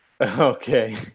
Okay